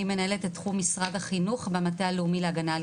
אני מנהלת את תחום משרד החינוך במטה הלאומי להגנה על